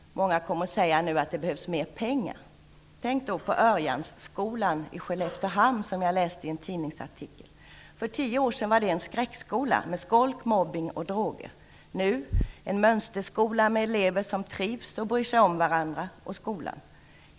Nu kommer många att säga att det behövs mer pengar. Tänk då på Örjansskolan i Skelleftehamn, som jag har läst om i en tidningsartikel. För tio år sedan var det en skräckskola med skolk, mobbning och droger. Nu är det en mönsterskola med elever som trivs och bryr sig om varandra och skolan.